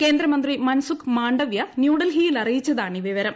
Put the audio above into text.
കേന്ദ്രമന്ത്രി മൻസുഖ് മാണ്ഡവ്യ ന്യൂഡൽഹിയിൽ അറിയിച്ചതാണീ വിവരം